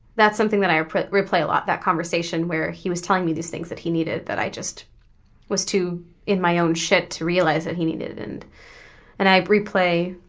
that's something that i ah replay a lot, that conversation where he was telling me these things that he needed that i just was too in my own shit to realize that he needed, and and i replay